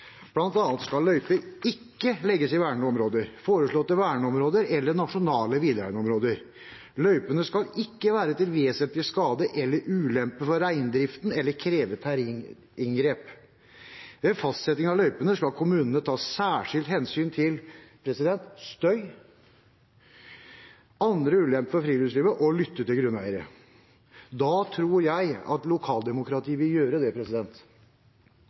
bl.a. skal løyper ikke legges i vernede områder, foreslåtte verneområder eller nasjonale villreinområder, løypene skal ikke være til vesentlig skade eller ulempe for reindriften, eller kreve terrenginngrep, og ved fastsetting av løypene skal kommunene ta særskilt hensyn til støy og andre ulemper for friluftslivet, og den skal lytte til grunneierne – da tror jeg at lokaldemokratiet vil gjøre det.